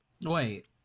Wait